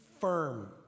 firm